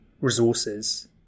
resources